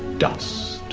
dust?